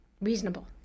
reasonable